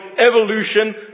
Evolution